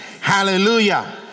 Hallelujah